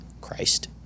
Christ